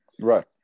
Right